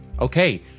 okay